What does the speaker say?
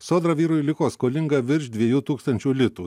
sodra vyrui liko skolinga virš dviejų tūkstančių litų